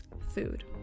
food